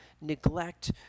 neglect